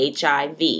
HIV